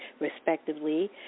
respectively